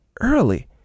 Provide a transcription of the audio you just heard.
early